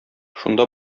шунда